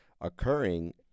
occurring